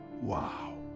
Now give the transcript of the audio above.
Wow